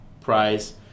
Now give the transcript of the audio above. prize